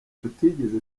tutigeze